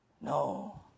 No